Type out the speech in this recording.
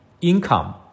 income